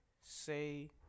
say